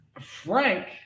Frank